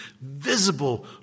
visible